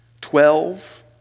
Twelve